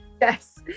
yes